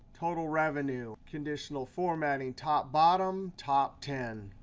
total revenue, conditional formatting, top bottom, top ten.